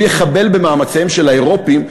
הוא יחבל במאמציהם של האירופים,